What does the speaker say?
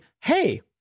hey